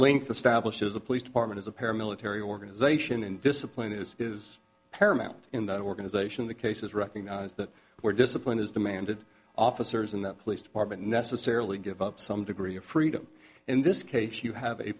the stablish is the police department is a paramilitary organization and discipline is is paramount in that organization the cases recognize that where discipline is demanded officers in the police department necessarily give up some degree of freedom in this case you have a